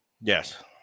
yes